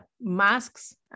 masks